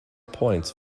points